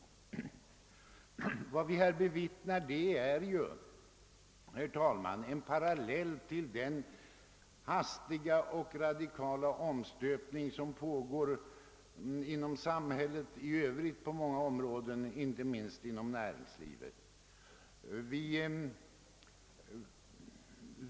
Vad vi här bevittnar är ju, herr talman, en parallell till den hastiga och radikala omstöpning som pågår på många områden inom samhället i övrigt, inte minst inom näringslivet.